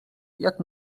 jak